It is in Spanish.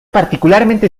particularmente